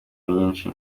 myiza